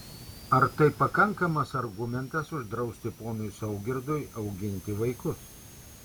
ar tai pakankamas argumentas uždrausti ponui saugirdui auginti vaikus